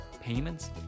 payments